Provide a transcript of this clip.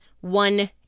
one